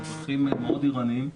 האזרחים מאוד ערניים,